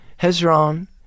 Hezron